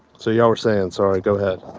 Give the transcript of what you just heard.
so y'all were saying sorry. go ahead